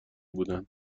بودند